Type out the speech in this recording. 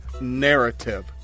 narrative